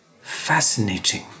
fascinating